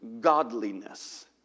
godliness